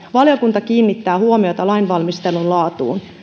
valiokunta kiinnittää huomiota lainvalmistelun laatuun